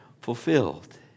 fulfilled